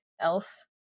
else